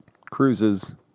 cruises